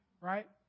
right